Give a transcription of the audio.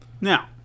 Now